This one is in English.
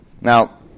Now